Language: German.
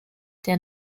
der